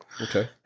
Okay